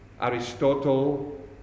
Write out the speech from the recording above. Aristotle